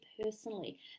personally